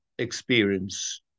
Experience